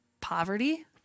poverty